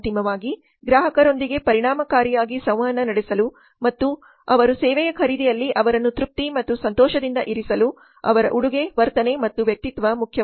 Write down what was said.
ಅಂತಿಮವಾಗಿ ಗ್ರಾಹಕರೊಂದಿಗೆ ಪರಿಣಾಮಕಾರಿಯಾಗಿ ಸಂವಹನ ನಡೆಸಲು ಮತ್ತು ಅವರ ಸೇವೆಯ ಖರೀದಿಯಲ್ಲಿ ಅವರನ್ನು ತೃಪ್ತಿ ಮತ್ತು ಸಂತೋಷದಿಂದ ಇರಿಸಲು ಅವರ ಉಡುಗೆ ವರ್ತನೆ ಮತ್ತು ವ್ಯಕ್ತಿತ್ವ ಮುಖ್ಯವಾಗಿದೆ